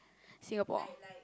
Singapore